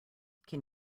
can